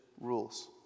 rules